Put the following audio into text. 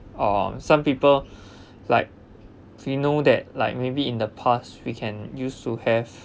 uh some people like if you know that like maybe in the past we can use to have